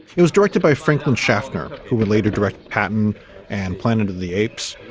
it was directed by franklin shaffner, who would later direct patton and planet of the apes.